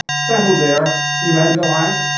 settle there, evangelize,